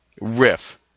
riff